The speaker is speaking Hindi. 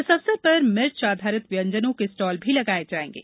इस अवसर पर मिर्च आधारित व्यंजनों के स्टॉल भी लगाए जाएंगे